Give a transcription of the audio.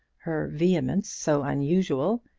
her vehemence so unusual,